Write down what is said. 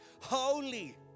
holy